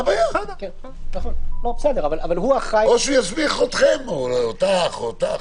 או שהוא יסמיך אתכם, אותך או אותך.